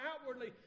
outwardly